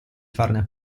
farne